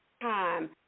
time